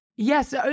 Yes